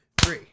three